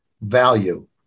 value